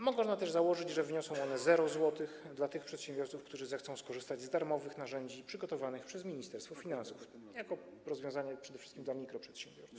Można też założyć, że wyniosą one 0 zł dla tych przedsiębiorców, którzy zechcą skorzystać z darmowych narzędzi przygotowanych przez Ministerstwo Finansów jako rozwiązania przede wszystkim dla mikroprzedsiębiorców.